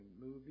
Movie